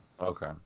Okay